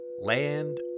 Land